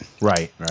Right